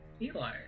Eli